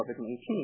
COVID-19